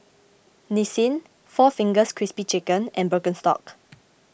Nissin four Fingers Crispy Chicken and Birkenstock